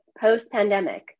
post-pandemic